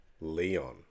Leon